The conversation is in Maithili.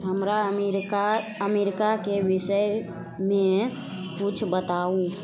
हमरा अमेरिका अमेरिकाके विषयमे किछु बताउ